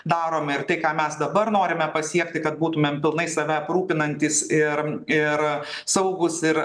darom ir tai ką mes dabar norime pasiekti kad būtumėm pilnai save aprūpinantys ir ir saugūs ir